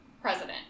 president